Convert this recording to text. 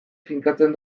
finkatzen